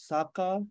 Saka